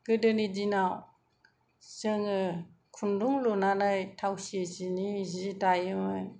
गोदोनि दिनाव जोङो खुन्दुं लुनानै थावसि जिनि जि दायोमोन